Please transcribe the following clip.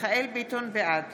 בעד